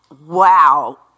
wow